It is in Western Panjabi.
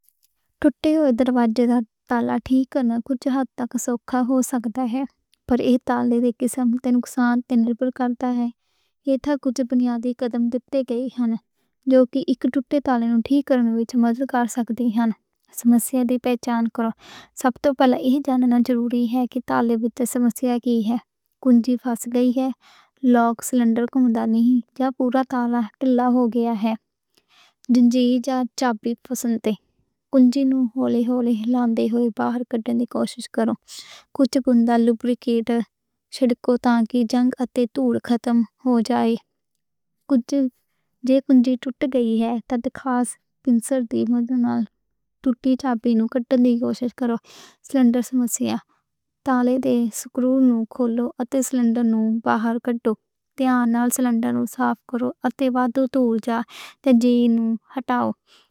ٹُٹے ہوئے دروازے دا تالا ٹھیک کرنا کُجھ حد تک سوکھا ہو سکدا ہے۔ پر ایہ تالے دے کُجھ مسئلے ریپیربل ہُندے ہن۔ اِتھے کُجھ بُنیادی قدم دِتے گئے ہن۔ جو کہ اک ٹُٹے تالے نوں ٹھیک کرن وچ وی مددگار سکدی ہے۔ مسئلہ دی پہچان کرو۔ سب توں پہلاں ایہ جاننا ضروری ہے کہ تالے وچ مسئلہ کی ہے۔ کُجھ گھس گیا ہے، لاک سلنڈر کم نہیں کر رہا؟ یا پورا تالا جیم ہو گیا ہے۔ کنجی جا چابی پھنس رہی ہے؟ کُنجیاں نوں ہولے ہولے کُجھ پاؤ، لبریکیٹ سپرے کرو تاں کہ زنگ اتے رگڑ ختم ہو جائے۔ کُجھ جے کُجھ ٹُٹ گئی ہے تَد خاص پنسر دی مدد نال ٹُوٹی چابی نوں کڈو۔ جے سلنڈر مسئلہ ہے، تالے دے سکرو نوں کھولو۔ اتے سلنڈر نوں باہر نال کڈ دو۔ تے ایہ نال سلنڈر نوں صاف کرو۔ اتے واشرز نوں ہٹاؤ۔